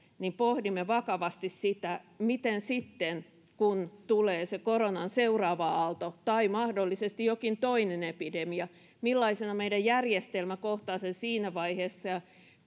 pohdimme vakavasti sitä miten sitten kun tulee se koronan seuraava aalto tai mahdollisesti jokin toinen epidemia millaisena meidän järjestelmämme kohtaa sen siinä vaiheessa ja